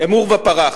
עורבא פרח.